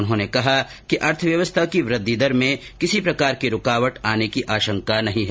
उन्होंने कहा कि अर्थव्यवस्था की वृद्धि दर में किसी प्रकार की रूकावट आने की आशंका नही है